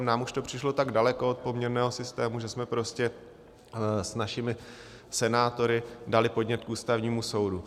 Nám už to přišlo tak daleko od poměrného systému, že jsme prostě s našimi senátory dali podnět k Ústavnímu soudu.